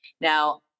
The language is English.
Now